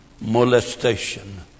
molestation